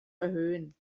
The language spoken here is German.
erhöhen